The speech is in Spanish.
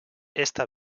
esta